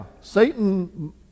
Satan